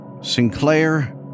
Sinclair